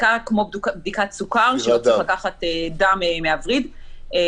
בדיקה כמו בדיקת סוכר שלא צריך לקחת דם מהווריד -- ספירת דם.